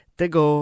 tego